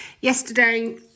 yesterday